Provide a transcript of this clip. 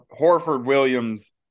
Horford-Williams